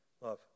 love